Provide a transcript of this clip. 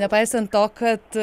nepaisant to kad